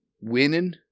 Winning